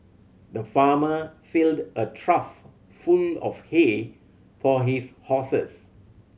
the farmer filled a trough full of hay for his horses